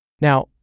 Now